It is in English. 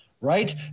right